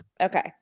okay